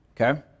Okay